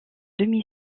demi